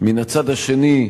ומן הצד השני,